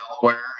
Delaware